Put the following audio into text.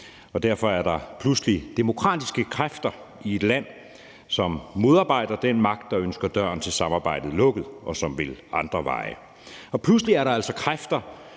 Derfor er der pludselig demokratiske kræfter i et land, som modarbejder den magt, der ønsker døren til samarbejdet lukket, og som vil andre veje. Pludselig er der altså kræfter